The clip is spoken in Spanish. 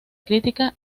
crítica